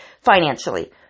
financially